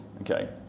Okay